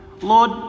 Lord